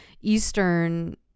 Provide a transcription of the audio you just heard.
Eastern